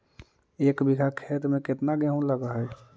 एक बिघा खेत में केतना गेहूं लग है?